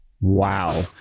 Wow